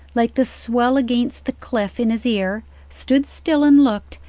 like the swell against the cliff, in his ear, stood still and looked,